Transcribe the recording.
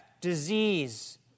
disease